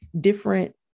different